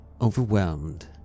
overwhelmed